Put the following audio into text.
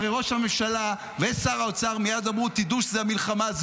הרי ראש הממשלה ושר האוצר מייד אמרו: תדעו שזו המלחמה.